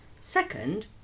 Second